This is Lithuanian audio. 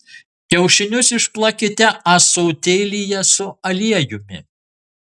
kiaušinius išplakite ąsotėlyje su aliejumi